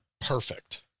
perfect